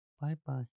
Bye-bye